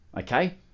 okay